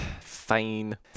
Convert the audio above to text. Fine